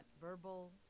verbal